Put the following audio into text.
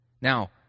Now